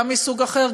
גם מסוג אחר,